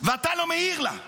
ואתה לא מעיר לה.